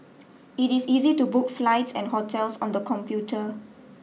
it is easy to book flights and hotels on the computer